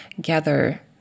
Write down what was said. gather